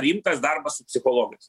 rimtas darbas su psichologais